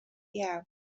iawn